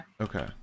Okay